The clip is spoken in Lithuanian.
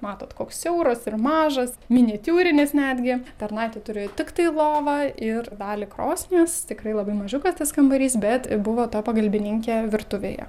matot koks siauras ir mažas miniatiūrinis netgi tarnaitė turėjo tiktai lovą ir dalį krosnies tikrai labai mažiukas tas kambarys bet buvo ta pagalbininkė virtuvėje